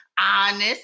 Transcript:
honest